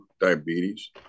diabetes